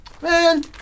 Man